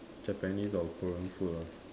Japanese or Korean food ah